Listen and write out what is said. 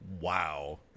Wow